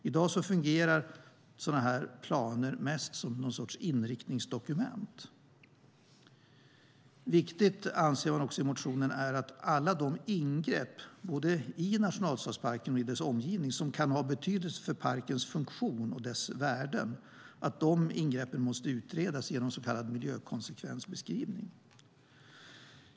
I dag fungerar sådana planer mest som någon sorts inriktningsdokument. Viktigt är också, anser man i motionen, att alla de ingrepp - både i nationalstadsparken och i dess omgivning - som kan ha betydelse för parkens funktion och dess värden måste utredas genom en så kallad miljökonsekvensbeskrivning.